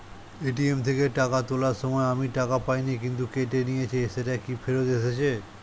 ATM থেকে টাকা তোলার সময় আমি টাকা পাইনি কিন্তু কেটে নিয়েছে সেটা কি ফেরত এসেছে?